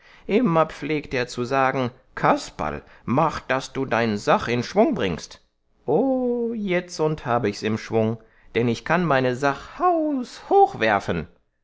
immer pflegt er zu sagen kasperl mach daß du dein sach in schwung bringst oh jetzund hab ich's in schwung denn ich kann mein sach haushoch